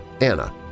Anna